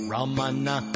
Ramana